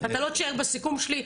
אתה לא תישאר בסיכום שלי,